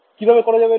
কিভাবে করা যাবে এটা